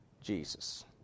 Jesus